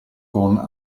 con